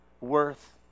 worth